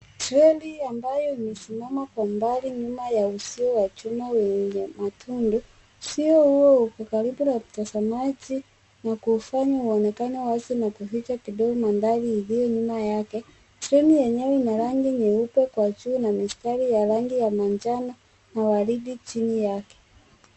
Treni ambayo imesimama kwa mbali nyuma ya uzio wa chuma wenye matundu. Uzio huo uko karibu na mtazamaji na kuufanya uonekane wazi na kuficha kidogo mandhari yaliyo nyuma yake. Treni yenyewe ina rangi nyeupe kwa juu na mistari ya rangi ya manjano na waridi chini yake.